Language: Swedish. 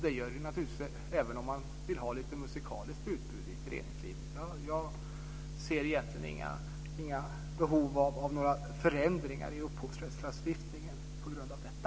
Det gör det även om man vill ha ett musikaliskt utbud i föreningslivet. Jag ser egentligen inget behov av förändringar i upphovsrättslagstiftningen på grund av detta.